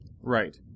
right